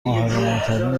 ماهرانهترین